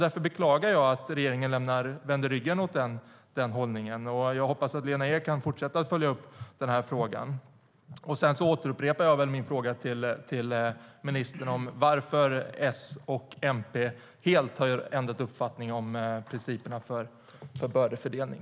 Därför beklagar jag att regeringen vänder den hållningen ryggen. Jag hoppas att Lena Ek kan fortsätta följa upp den frågan. Jag återupprepar min fråga till ministern om varför S och MP helt har ändrat uppfattning om principerna för bördefördelning.